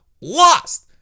lost